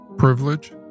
Privilege